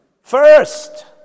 First